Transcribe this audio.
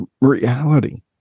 reality